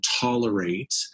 tolerate